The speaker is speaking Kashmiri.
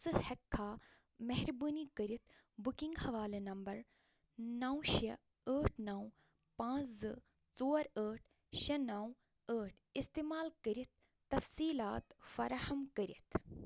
ژٕ ہیٚککھا مہربٲنی کٔرِتھ بُکِنٛگ حوالہٕ نمبر نو شےٚ ٲٹھ نو پانٛژھ زٕ ژور ٲٹھ شےٚ نو ٲٹھ استعمال کٔرِتھ تفصیلات فراہم کٔرِتھ